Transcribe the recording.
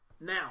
Now